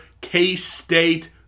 K-State